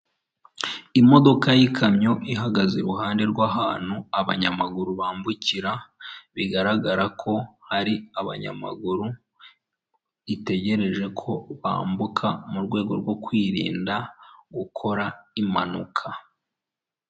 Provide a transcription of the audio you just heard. Iri ni itopo ryifashishwa mu gukwirakwiza umuriro w'amashanyarazi kubera insinga bagenda bamanikaho, hirya gato hari ibiti birebire bitanga umuyaga n'amahumbezi ku batuye aho bose.